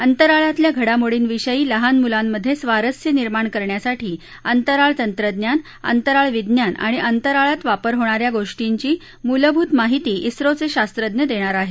अंतराळातल्या घडामोडींविषयी लहान मुलांमध्ये स्वारस्य निर्माण करण्यासाठी अंतराळ तंत्रज्ञान अंतराळ विज्ञान आणि अंतराळात वापर होणाऱ्या गोष्टींची मूलभूत माहिती झोचे शास्त्रज्ञ देणार आहेत